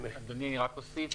אדוני, אני רק אוסיף.